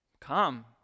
Come